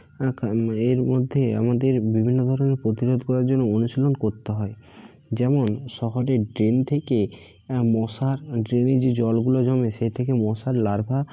এক এই এর মধ্যে আমাদের বিভিন্ন ধরনের প্রতিরোধ করার জন্য অনুশীলন করতে হয় যেমন শহরের ড্রেন থেকে মশার ড্রেনে যে জলগুলো জমে সেই থেকে মশার লার্ভা